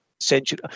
century